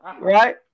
Right